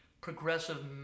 progressive